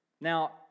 Now